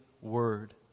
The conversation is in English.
Word